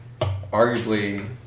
arguably